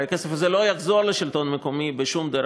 הרי הכסף הזה לא יחזור לשלטון המקומי בשום דרך.